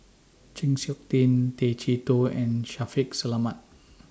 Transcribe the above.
Chng Seok Tin Tay Chee Toh and Shaffiq Selamat